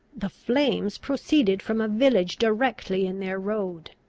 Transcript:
the flames proceeded from a village directly in their road.